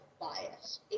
bias